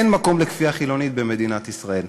אין מקום לכפייה חילונית במדינת ישראל,